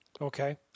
Okay